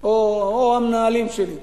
או של המנהלים שלי.